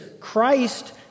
Christ